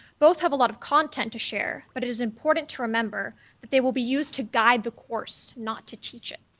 both have a lot of content to share, but it is important to remember that they will be used to guide the course not to teach it.